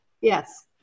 yes